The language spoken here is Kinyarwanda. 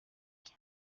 iki